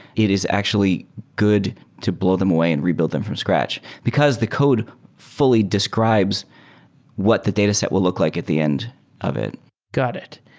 it is actually good to blow them away and rebuild them from scratch because the code fully describes what the dataset will look like at the end of it got it.